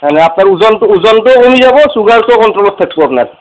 হয় আপ্নাৰ ওজনটো ওজনটো কমি যাব আৰু চুগাৰটো কনট্ৰলত থাকবো আপ্নাৰ